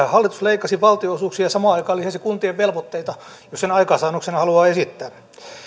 hallitus leikkasi valtionosuuksia ja samaan aikaan lisäsi kuntien velvoitteita jos sen aikaansaannoksena haluaa esittää